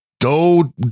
go